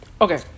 okay